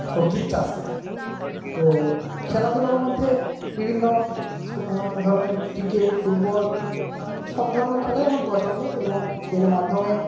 সবজির চাষ করা তো খেলাধুলার মধ্যে বিভিন্ন সু ধরনের ক্রিকেট ফুটবল সব ধরণের খেলাই আমার পছন্দ এবং এর মাধ্যমে